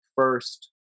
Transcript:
first